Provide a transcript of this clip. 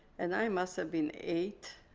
and i must have been eight,